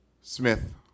Smith